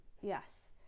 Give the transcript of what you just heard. yes